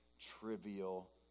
trivial